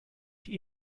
die